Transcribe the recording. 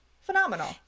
Phenomenal